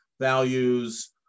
values